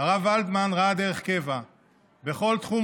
הרב ולדמן ראה דרך קבע בכל תחום,